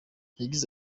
yagize